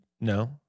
no